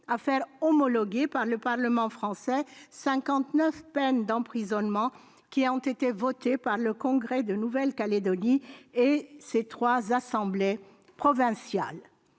à faire homologuer par le Parlement français 59 peines d'emprisonnement qui ont été votées par le Congrès de Nouvelle-Calédonie et ses trois assemblées provinciales.